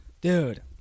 Dude